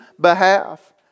behalf